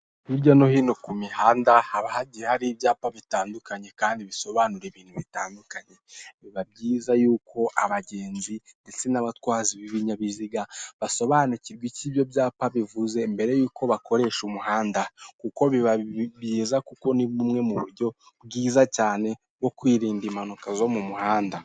Hirya no hino ku mihanda haba hagiye hari ibyapa bitandukanye kandi bisobanura ibintu bitandukanye, biba byiza yuko abagenzi ndetse n'abatwazi b'ibinyabiziga basobanukirwa icyo ibyo byapa bivuze mbere yuko bakoresha umuhanda kuko biba byiza, kuko ni bumwe mu buryo bwiza cyane bwo kwirinda impanuka zo mu muhanda.